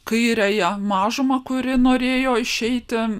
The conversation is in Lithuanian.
kairiąją mažumą kuri norėjo išeiti